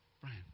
Brian